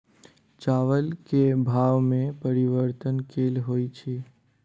चावल केँ भाव मे परिवर्तन केल होइ छै?